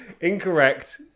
Incorrect